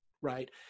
right